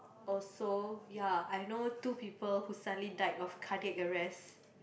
also ya I know two people who suddenly died of cardiac arrest